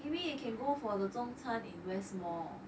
maybe we can go for the 中餐 in west mall